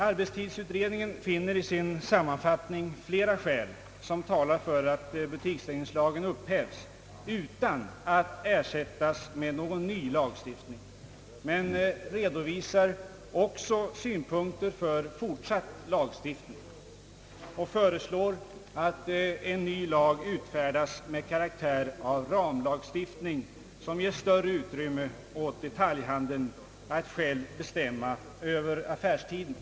Affärstidsutredningen finner i sin sammanfattning flera skäl, som talar för att butikstängningslagen bör upphävas utan att ersättas med någon ny lagstiftning, men redovisar också synpunkter för fortsatt lagstiftning och föreslår att en ny lag utfärdas med karaktär av ramlagstiftning, som ger större utrymme åt detaljhandeln att själv bestämma över affärstiden.